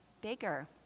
bigger